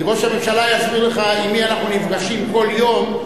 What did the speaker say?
ראש הממשלה יסביר לך עם מי אנחנו נפגשים כל יום,